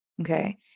Okay